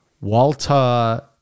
walter